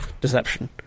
Deception